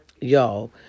y'all